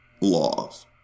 laws